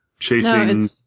chasing